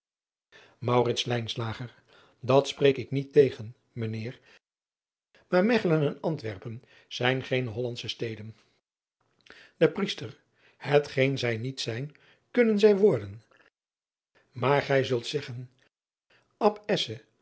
at spreek ik niet tegen mijn eer maar echelen en ntwerpen zijn geene ollandsche steden driaan oosjes zn et leven van aurits ijnslager e riester etgeen zij niet zijn kunnen zij worden maar gij zult zeggen